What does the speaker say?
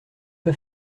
pas